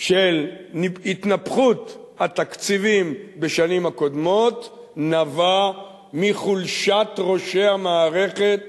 של התנפחות התקציבים בשנים הקודמות נבע מחולשת ראשי המערכת